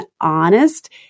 honest